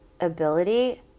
ability